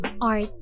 art